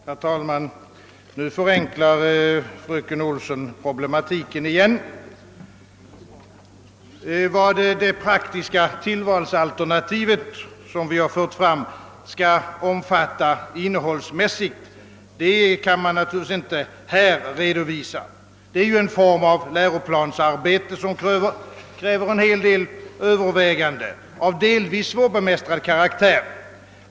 Herr talman! Nu förenklar fröken Olsson problematiken igen. Vad det praktiska tillvalsalternativ som vi har fått fram skall omfatta innehållsmässigt kan man naturligtvis inte här redovisa; det är ju en form av läroplansarbete som kräver en hel del överväganden av delvis svårbemästrad karaktär.